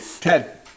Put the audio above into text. Ted